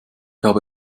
habe